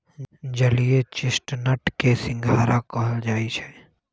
जलीय चेस्टनट के सिंघारा कहल जाई छई